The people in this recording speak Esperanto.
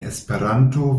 esperanto